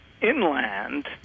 inland